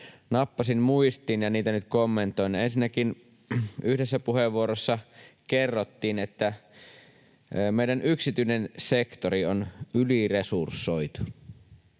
nappasin muistiin ja niitä nyt kommentoin: Ensinnäkin yhdessä puheenvuorossa kerrottiin, että meidän yksityinen sektori on yliresursoitu,